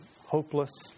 hopeless